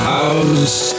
House